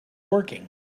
working